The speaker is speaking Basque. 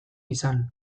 izan